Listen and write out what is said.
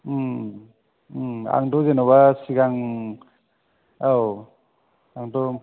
उम उम आंथ' जेन'बा सिगां औ आंथ'